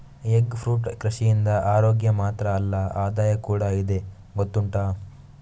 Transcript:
egg fruit ಕೃಷಿಯಿಂದ ಅರೋಗ್ಯ ಮಾತ್ರ ಅಲ್ಲ ಆದಾಯ ಕೂಡಾ ಇದೆ ಗೊತ್ತುಂಟಾ